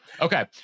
okay